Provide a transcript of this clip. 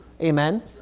Amen